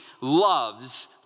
loves